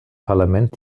parlament